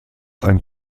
ein